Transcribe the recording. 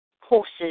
horses